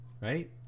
right